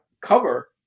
cover